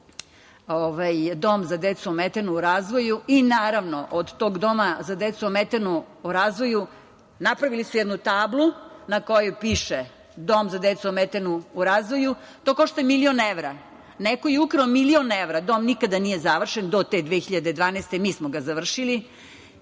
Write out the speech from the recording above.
dom za decu ometenu u razvoju i, naravno, od tog doma za decu ometenu u razvoju napravili su jednu tablu na kojoj piše "Dom za decu ometenu u razvoju", i to košta milion evra. Neko je ukrao milion evra. Dom nikada nije završen do te 2012. godine. Mi smo ga završili. Želim